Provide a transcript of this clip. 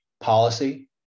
policy